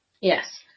Yes